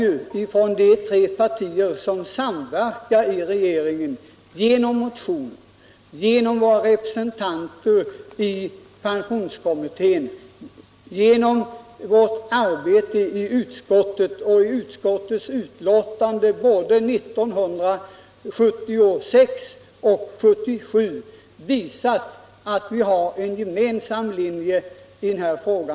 Vi tre partier som samverkar i regeringen har genom våra motioner, genom våra representanter i pensionskommittén, genom vårt arbete i utskottet och genom utskottsbetänkandena både 1976 och 1977 visat att vi har en gemensam linje i denna fråga.